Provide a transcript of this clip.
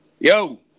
Yo